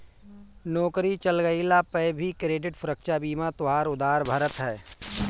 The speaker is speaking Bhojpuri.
नोकरी चल गइला पअ भी क्रेडिट सुरक्षा बीमा तोहार उधार भरत हअ